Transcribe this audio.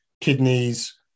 kidneys